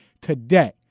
today